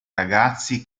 ragazzi